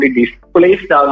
displaced